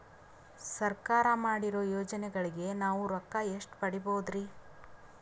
ಸರ್ಕಾರ ಮಾಡಿರೋ ಯೋಜನೆಗಳಿಗೆ ನಾವು ರೊಕ್ಕ ಎಷ್ಟು ಪಡೀಬಹುದುರಿ?